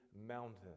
mountain